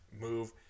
move